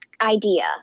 idea